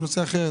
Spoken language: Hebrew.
בנושא אחר,